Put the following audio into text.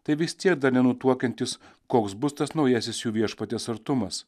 tai vis tiek dar nenutuokiantis koks bus tas naujasis jų viešpaties artumas